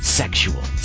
sexual